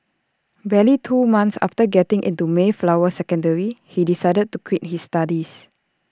barely two months after getting into Mayflower secondary he decided to quit his studies